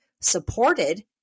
supported